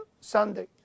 Sunday